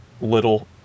little